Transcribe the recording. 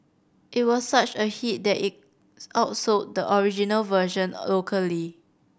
it was such a hit that it outsold the original version locally